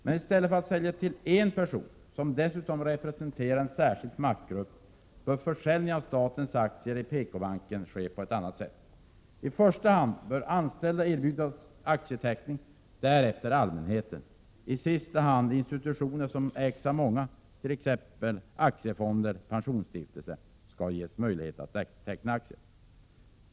Men i stället för försäljning till en person, som dessutom representerar en särskild maktgrupp, bör försäljning av statens aktier i PKbanken ske på ett annat sätt. I första hand bör anställda erbjudas aktieteckning och därefter allmänheten. I sista hand skall institutioner som ägs av många, t.ex. aktiefonder och pensionsstiftelser, ges möjlighet att teckna aktier.